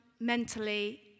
Mentally